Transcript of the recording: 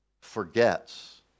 forgets